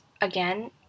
again